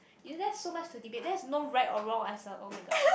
is there so much to debate there's no right or wrong answer oh-my-god